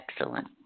Excellent